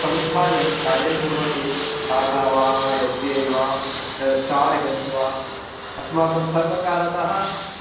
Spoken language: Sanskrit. संस्थानि कार्यं कुर्वन्ति टाटा वा एस् बि ऐ वा स्टार् हेल्त् वा अस्माकं सर्वकारतः